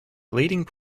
leading